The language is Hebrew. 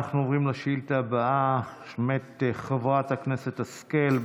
אנחנו עוברים לשאילתה הבאה, של חברת הכנסת השכל.